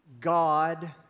God